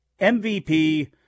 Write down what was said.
MVP